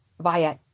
via